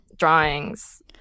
Drawings